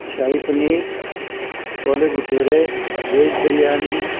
شاہی پنیر چھولے بھٹورے ویج بریانی